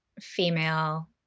female